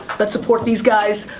let's support these guys.